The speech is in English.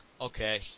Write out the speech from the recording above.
Okay